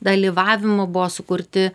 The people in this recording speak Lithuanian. dalyvavimu buvo sukurti